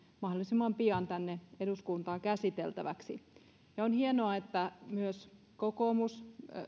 mahdollisimman pian tänne eduskuntaan käsiteltäväksi on hienoa että myös kokoomus